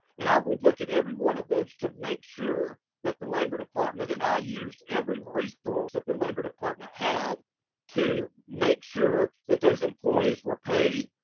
and i would look at every one of those to make sure that the labor department, and i used every resource that the labor department had to make sure that those employees were paid,